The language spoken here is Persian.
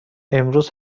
امروز